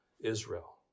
Israel